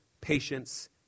patience